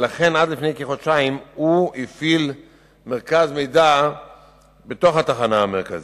ולכן עד לפני כחודשיים הוא הפעיל מרכז מידע בתוך התחנה המרכזית.